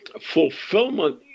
Fulfillment